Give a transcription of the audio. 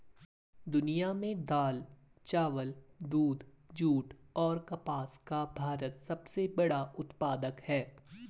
दुनिया में दाल, चावल, दूध, जूट और कपास का भारत सबसे बड़ा उत्पादक है